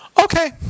Okay